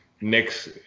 next